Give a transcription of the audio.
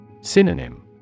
Synonym